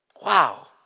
Wow